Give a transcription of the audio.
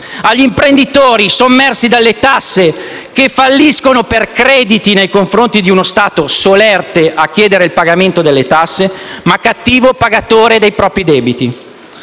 agli imprenditori, sommersi dalle tasse, che falliscono per crediti nei confronti di uno Stato solerte a chiedere il pagamento delle tasse, ma cattivo pagatore dei propri debiti.